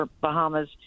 Bahamas